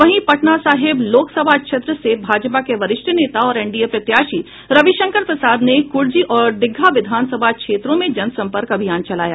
वहीं पटना साहिब लोक सभा क्षेत्र से भाजपा के वरिष्ठ नेता और एनडीए प्रत्याशी रविशंकर प्रसाद ने कूर्जी और दीघा विधानसभा क्षेत्रों में जनसम्पर्क अभियान चलाया